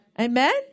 Amen